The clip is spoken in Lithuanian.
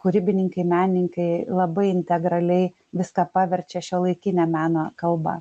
kūrybininkai meninkai labai integraliai viską paverčia šiuolaikine meno kalba